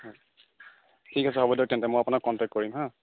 ঠিক আছে হ'ব দিয়ক তেন্তে মই আপোনাক কণ্টেক্ট কৰিম হাঁ